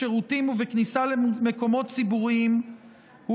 בשירותים ובכניסה למקומות ציבוריים הוא